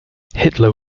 hitler